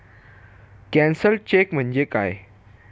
Cancelled cheque म्हणजे काय?